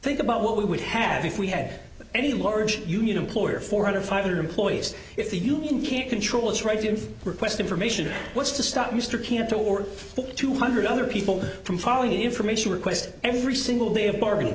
think about what we would have if we had any large union employer four hundred five hundred employees if the union can't control its right to request information what's to stop mr cantor or two hundred other people from following the information request every single day of bargain